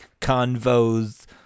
Convo's